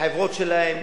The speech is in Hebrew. החברות שלהם.